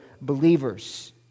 believers